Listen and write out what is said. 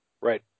Right